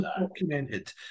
documented